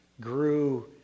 grew